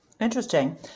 interesting